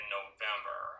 November